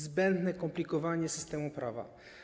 Zbędne komplikowanie systemu prawa.